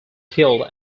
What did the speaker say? killed